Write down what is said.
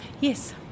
Yes